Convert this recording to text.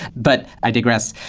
but i digress.